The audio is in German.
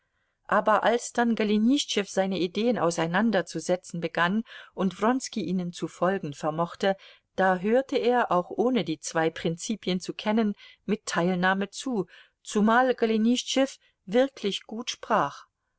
aber als dann golenischtschew seine ideen auseinanderzusetzen begann und wronski ihnen zu folgen vermochte da hörte er auch ohne die zwei prinzipien zu kennen mit teilnahme zu zumal golenischtschew wirklich gut sprach